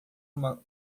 uma